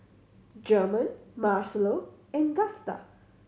German Marcelo and Gusta